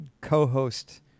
co-host